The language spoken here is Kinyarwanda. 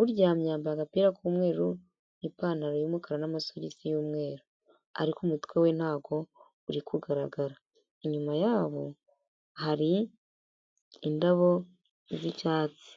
uryamye yambaye agapira k'umweru n'ipantaro y'umukara n'amasogisi y'umweru, ariko umutwe we ntago uri kugaragara, inyuma yabo hari indabo z'icyatsi.